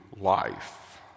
life